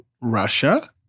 Russia